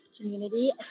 community